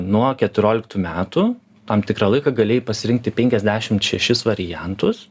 nuo keturioliktų metų tam tikrą laiką galėjai pasirinkti penkiasdešimt šešis variantus